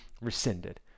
rescinded